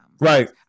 right